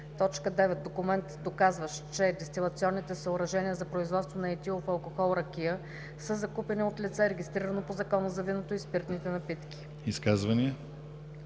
т. 9: „9. документ, доказващ че дестилационните съоръжения за производство на етилов алкохол (ракия) са закупени от лице, регистрирано по Закона за виното и спиртните напитки.“